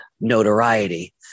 notoriety